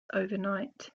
overnight